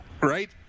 Right